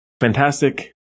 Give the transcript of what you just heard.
Fantastic